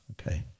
Okay